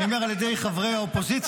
אני אומר, על ידי חברי האופוזיציה.